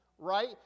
right